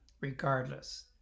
regardless